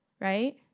right